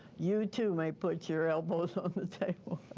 you too may put your elbows on the table.